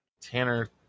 Tanner